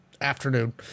Afternoon